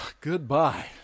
Goodbye